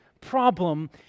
problem